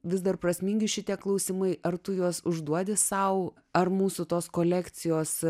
vis dar prasmingi šitie klausimai ar tu juos užduodi sau ar mūsų tos kolekcijos